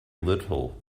little